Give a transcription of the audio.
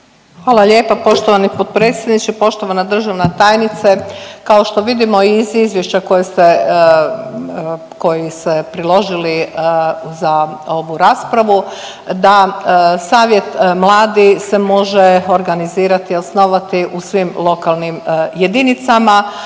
Hvala lijepa poštovani potpredsjedniče. Poštovana državna tajnice, kao što vidimo iz izvješća koje ste, koji ste priložili za ovu raspravu da savjet mladih se može organizirati i osnovati u svim lokalnim jedinicama,